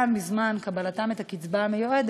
גם בזמן שהם מקבלים את הקצבה המיועדת,